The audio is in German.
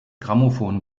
grammophon